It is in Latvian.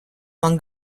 man